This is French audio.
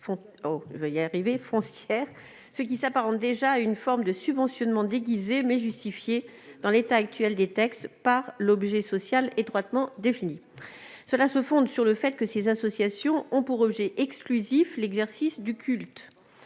ce qui s'apparente déjà à une forme de subventionnement déguisé, bien que cela soit justifié, en l'état actuel des textes, par l'objet social étroitement défini. Cette exemption se fonde sur le fait que ces associations ont pour objet exclusif l'exercice du culte.